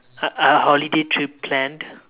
uh a holiday trip planned